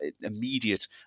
immediate